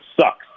sucks